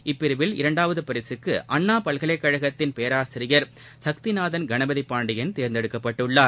இப்பிரிவில் இரண்டாவது பரிசுக்கு அண்ணா பல்கலைக்கழகத்தின் பேராசிரியர் சக்திநாதன் கணபதி பாண்டியன் தேர்ந்தெடுக்கப்பட்டுள்ளார்